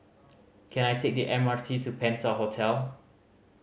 can I take the M R T to Penta Hotel